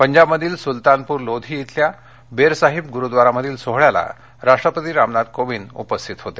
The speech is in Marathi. पंजाबमधील सुलतानपूर लोधी इथल्या बेर साहिब गुरुद्वारामधील सोहोळ्याला राष्ट्रपती रामनाथ कोविंद उपस्थित होते